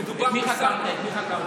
מדובר בשר, את מי חקרת?